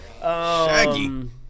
Shaggy